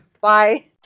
Bye